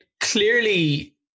clearly